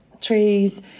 trees